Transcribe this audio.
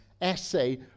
essay